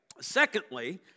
Secondly